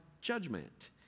judgment